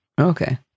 Okay